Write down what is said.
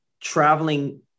traveling